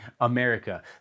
America